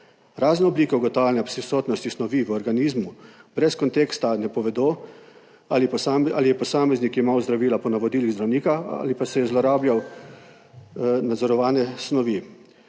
Razne oblike ugotavljanja prisotnosti snovi v organizmu brez konteksta ne povedo ali je posameznik jemal zdravila po navodilih zdravnika ali pa se je zlorabljal nadzorovane snovi.